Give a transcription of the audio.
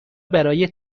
برای